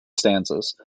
stanzas